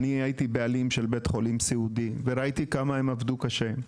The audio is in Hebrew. אני הייתי בעלים של בית חולים סיעודי וראיתי כמה הם עבדו קשה.